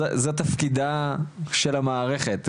זו תפקידה של המערכת,